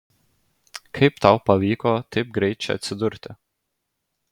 kaip tau pavyko taip greit čia atsidurti